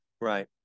Right